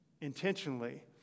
intentionally